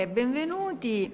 benvenuti